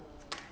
I